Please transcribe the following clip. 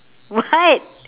what